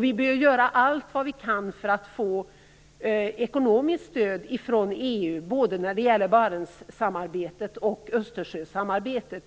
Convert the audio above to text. Vi bör göra allt vad vi kan för att få ekonomiskt stöd från EU både när det gäller Barentssamarbetet och Östersjösamarbetet.